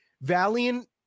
Valiant